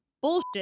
bullshit